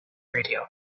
radio